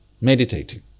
meditating